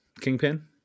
Kingpin